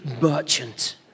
merchant